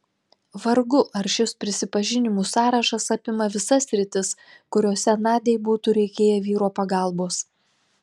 vargu ar šis prisipažinimų sąrašas apima visas sritis kuriose nadiai būtų reikėję vyro pagalbos